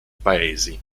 paesi